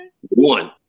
One